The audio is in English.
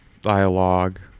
dialogue